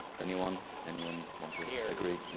any one any one want to yeah agree.